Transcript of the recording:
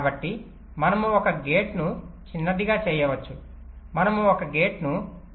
కాబట్టి మనము ఒక గేటును చిన్నదిగా చేయవచ్చు మనము ఒక గేటును పెద్దదిగా చేయవచ్చు